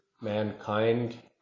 mankind